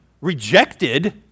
rejected